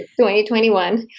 2021